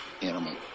animal